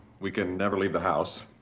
we can never leave the house,